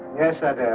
yes that.